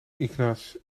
ignace